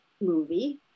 movie